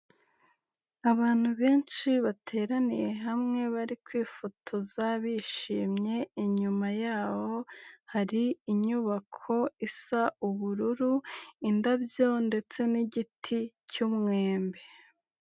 Abantu benshi bateraniye hamwe bari kwifotoza bishimye, inyuma yabo hari inyubako isa ubururu, indabyo ndetse n'igiti cy'umwembe.